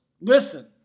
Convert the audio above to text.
listen